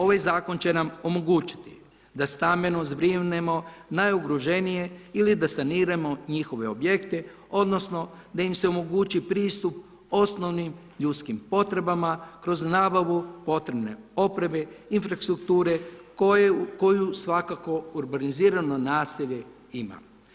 Ovaj zakon će nam omogućiti da stambeno zbrinemo najugroženije ili da saniramo njihove objekte odnosno da im se omogući pristup osnovnim ljudskim potrebama kroz nabavu potrebne opreme, infrastrukture koju svako urbanizirano naselje ima.